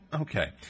okay